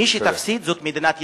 מי שתפסיד זו מדינת ישראל.